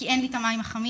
כי אין לי את המים החמים,